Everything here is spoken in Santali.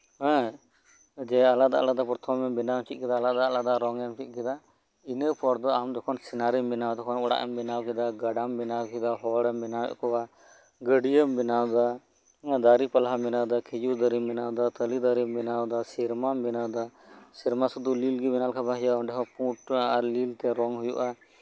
ᱦᱮᱸ ᱡᱮ ᱟᱞᱟᱫᱟ ᱟᱞᱟᱫᱟ ᱯᱨᱚᱛᱷᱚᱢ ᱮᱢ ᱵᱮᱱᱟᱣ ᱠᱮᱫᱟ ᱟᱞᱟᱫᱟ ᱟᱞᱟᱫᱟ ᱨᱚᱝ ᱮᱢ ᱪᱮᱫ ᱠᱮᱫᱟ ᱤᱱᱟᱹ ᱯᱚᱨ ᱫᱚ ᱟᱢ ᱡᱚᱠᱷᱚᱱ ᱥᱤᱱᱟᱨ ᱵᱮᱱᱟᱣᱟ ᱛᱚᱠᱷᱚᱱ ᱚᱲᱟᱜ ᱮᱢ ᱵᱮᱱᱟᱣ ᱠᱮᱫᱟ ᱜᱟᱰᱟᱢ ᱵᱮᱱᱟᱣ ᱠᱮᱫᱟ ᱜᱟᱰᱟᱢ ᱵᱮᱱᱟᱣ ᱠᱮᱫᱟ ᱦᱚᱲᱮᱢ ᱵᱮᱱᱟᱣ ᱠᱮᱫ ᱠᱚᱣᱟ ᱜᱟᱹᱰᱭᱟᱹᱢ ᱵᱮᱱᱟᱣ ᱠᱮᱫᱟ ᱫᱟᱨᱮ ᱯᱟᱞᱟᱢ ᱵᱮᱱᱟᱣ ᱠᱮᱫᱟ ᱠᱷᱤᱡᱩᱨ ᱫᱟᱨᱮᱢ ᱵᱮᱱᱟᱣᱫᱟ ᱛᱟᱞᱮ ᱫᱟᱨᱮᱢ ᱵᱮᱱᱟᱣᱫᱟ ᱥᱮᱨᱢᱟᱢ ᱵᱮᱱᱟᱣᱫᱟ ᱥᱮᱨᱢᱟ ᱥᱩᱫᱷᱩ ᱱᱤᱞᱜᱮ ᱵᱮᱱᱟᱣ ᱞᱮᱠᱷᱟᱱ ᱵᱟᱝ ᱦᱳᱭᱳᱜᱼᱟ ᱚᱱᱰᱮᱦᱚᱸ ᱯᱩᱸᱰ ᱟᱨ ᱱᱤᱞᱛᱮ ᱨᱚᱝ ᱦᱳᱭᱳᱜᱼᱟ